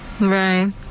Right